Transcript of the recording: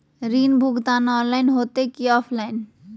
ऋण भुगतान ऑनलाइन होते की ऑफलाइन?